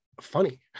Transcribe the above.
funny